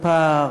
הפער,